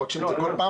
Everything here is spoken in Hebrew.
מבקשים את זה כל פעם.